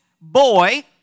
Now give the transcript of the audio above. boy